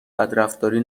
بدرفتاری